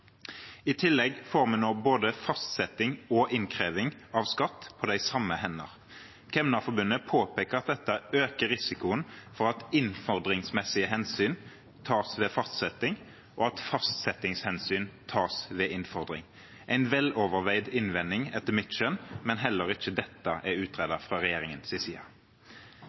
I tillegg får vi nå både fastsetting og innkreving av skatt på de samme hendene. Kemnerforbundet påpeker at dette øker risikoen for at innfordringsmessige hensyn tas ved fastsetting, og at fastsettingshensyn tas ved innfordring – en veloverveid innvending etter mitt skjønn, men heller ikke dette er utredet fra regjeringens side.